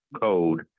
Code